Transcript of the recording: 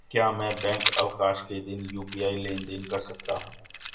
क्या मैं बैंक अवकाश के दिन यू.पी.आई लेनदेन कर सकता हूँ?